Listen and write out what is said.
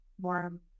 warm